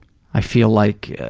i feel like.